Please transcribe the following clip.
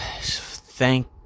thank